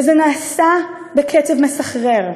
וזה נעשה בקצב מסחרר.